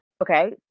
Okay